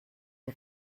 die